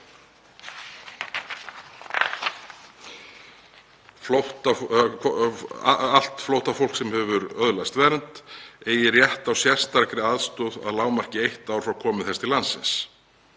allt flóttafólk sem hefur öðlast vernd eigi rétt á sérstakri aðstoð að lágmarki í eitt ár frá komu þess til landsins.